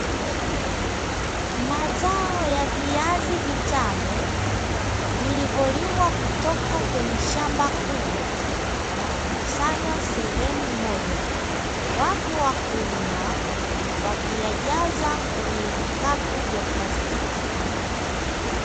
Mazao ya viazi vitamu vilivyolimwa kutoka kwenye shamba kubwa na kukusanywa sehemu moja. Wapo wakulima wakiyajaza kwenye vikapu vya plastiki.